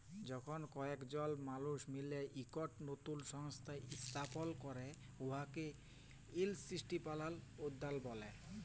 যখল কয়েকজল মালুস মিলে ইকট লতুল সংস্থা ইস্থাপল ক্যরে উয়াকে ইলস্টিটিউশলাল উদ্যক্তা ব্যলে